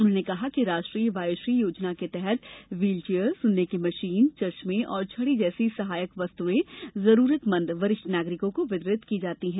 उन्होंने कहा कि राष्ट्रीय वयोश्री योजना के तहत व्हील चेयर सुनने की मशीन चश्मे और छड़ी जैसी सहायक वस्तुएं जरूरतमंद वरिष्ठ नागरिकों को वितरित की जाती हैं